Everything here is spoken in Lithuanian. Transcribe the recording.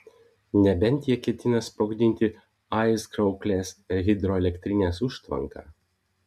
nebent jie ketina sprogdinti aizkrauklės hidroelektrinės užtvanką